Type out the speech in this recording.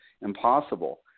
impossible